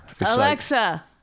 Alexa